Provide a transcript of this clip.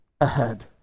ahead